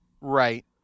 Right